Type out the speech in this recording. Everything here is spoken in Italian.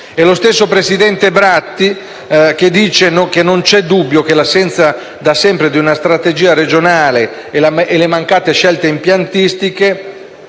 Commissione ecomafie Bratti dice che non c'è dubbio che l'assenza, da sempre, di una strategia regionale e le mancate scelte impiantistiche